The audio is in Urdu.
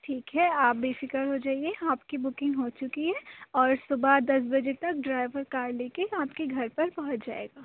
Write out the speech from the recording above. ٹھیک ہے آپ بےفکر ہو جائیے آپ کی بکنگ ہو چکی ہے اور صُبح دس بجے تک ڈرائیور کار لے کے آپ کے گھر پہنچ جائے گا